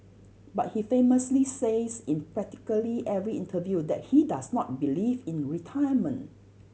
but he famously says in practically every interview that he does not believe in retirement